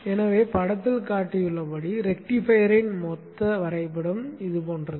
எனவே காட்டப்பட்டுள்ளபடி ரெக்டிஃபையரின் மொத்த திட்டம் இது போன்றது